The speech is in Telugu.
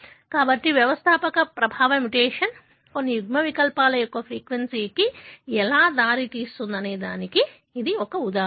కాబట్టి వ్యవస్థాపక ప్రభావ మ్యుటేషన్ కొన్ని యుగ్మవికల్పాల యొక్క ఫ్రీక్వెన్సీకి ఎలా దారితీస్తుందనే దానికి ఇది ఉదాహరణ